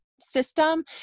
system